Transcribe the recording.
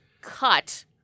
cut